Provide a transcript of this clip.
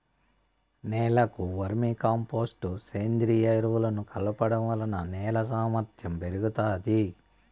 నేలకు vermicompost, సేంద్రీయ ఎరువులను కలపడం వలన నేల సామర్ధ్యం పెరుగుతాది